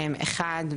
אחד,